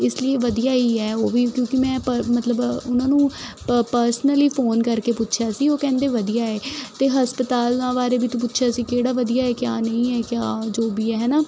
ਇਸ ਲਈ ਵਧੀਆ ਹੀ ਹੈ ਉਹ ਵੀ ਕਿਉਂਕਿ ਮੈਂ ਪ ਮਤਲਬ ਉਹਨਾਂ ਨੂੰ ਪ ਪਰਸਨਲੀ ਫੋਨ ਕਰਕੇ ਪੁੱਛਿਆ ਸੀ ਉਹ ਕਹਿੰਦੇ ਵਧੀਆ ਹੈ ਅਤੇ ਹਸਪਤਾਲਾਂ ਬਾਰੇ ਵੀ ਤੂੰ ਪੁੱਛਿਆ ਸੀ ਕਿਹੜਾ ਵਧੀਆ ਕਿਆ ਨਹੀਂ ਹੈ ਕਿਆ ਜੋ ਵੀ ਹੈ ਹੈ ਨਾ